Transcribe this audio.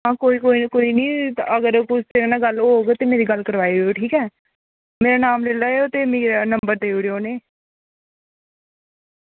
हां कोई निं अगर कुसै नै गल्ल होग ते मेरी गल्ल कराओ ठीक ऐ मेरा नांऽ लेई लैएओ ते नंबर देई ओड़ो उ'नें गी